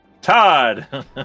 Todd